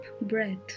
breath